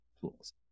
tools